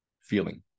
feeling